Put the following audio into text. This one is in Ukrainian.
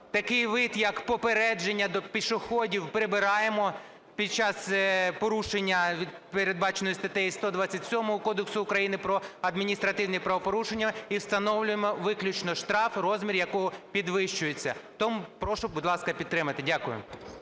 такий вид, як попередження до пішоходів, прибираємо під час порушення, передбаченого статтею 127 Кодексу України про адміністративні правопорушення, і встановлюємо виключно штраф, розмір якого підвищується. Тому прошу, будь ласка, підтримати. Дякую.